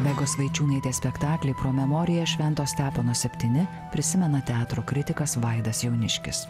vegos vaičiūnaitės spektaklį pro memoria švento stepono septyni prisimena teatro kritikas vaidas jauniškis